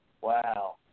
Wow